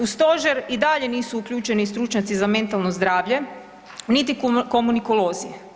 U Stožer i dalje nisu uključeni stručnjaci za mentalno zdravlje, niti komunikolozi.